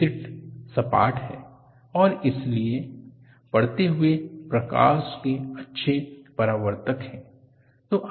facet सपाट हैं और इसलिए पड़ते हुए प्रकाश के अच्छे परावर्तक हैं